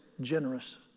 generous